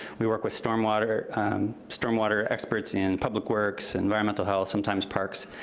we work with stormwater stormwater experts in public works, environmental health, sometimes parks,